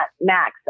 max